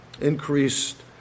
increased